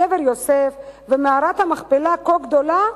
קבר יוסף ומערת המכפלה כה גדולה,